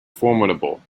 formidable